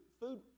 food